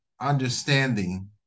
understanding